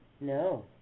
No